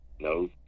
No